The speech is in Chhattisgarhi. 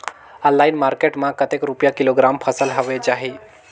ऑनलाइन मार्केट मां कतेक रुपिया किलोग्राम फसल हवे जाही?